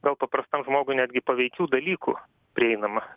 gal paprastam žmogui netgi paveikių dalykų prieinama